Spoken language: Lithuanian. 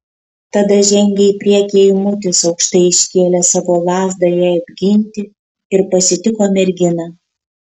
tada žengė į priekį eimutis aukštai iškėlęs savo lazdą jai apginti ir pasitiko merginą